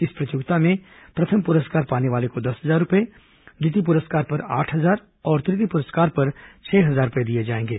इस प्रतियोगिता में प्रथम पुरस्कार पाने वाले को दस हजार रूपये द्वितीय पुरस्कार को आठ हजार और तृतीय पुरस्कार को छह हजार रूपये दिए जाएंगे